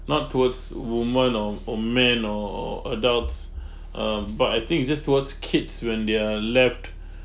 not towards woman or or man or or adults um but I think it's just towards kids when they're left